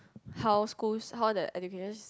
how schools how the education sys~